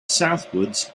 southwards